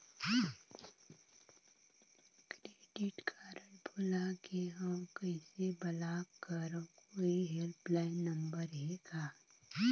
Credit card भुला गे हववं कइसे ब्लाक करव? कोई हेल्पलाइन नंबर हे का?